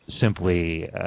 simply